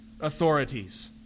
authorities